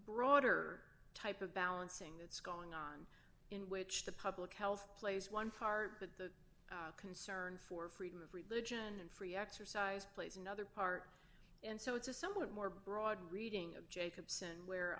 broader type of balancing that's going on in which the public health plays one part but the concern for freedom of religion and free exercise plays another part and so it's a somewhat more broad reading of jacobson where